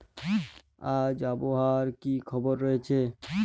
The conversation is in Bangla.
আজ আবহাওয়ার কি খবর রয়েছে?